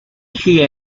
she